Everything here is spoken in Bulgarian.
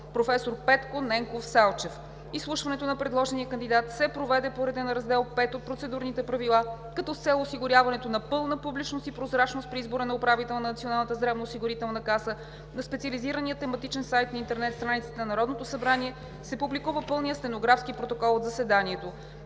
професор Петко Ненков Салчев. Изслушването на предложения кандидат се проведе по реда на Раздел V от Процедурните правила, като с цел осигуряването на пълна публичност и прозрачност при избора на управител на Националната здравноосигурителна каса на специализирания тематичен сайт на интернет страницата на Народното събрание се публикува пълният стенографски протокол от заседанието.